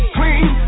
Clean